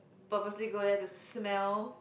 purposely go there to smell